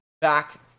back